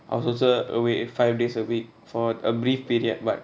I'll also away five days a week for a brief period but